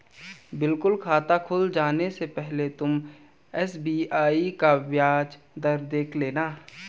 बिल्कुल खाता खुल जाने से पहले तुम एस.बी.आई की ब्याज दर देख लेना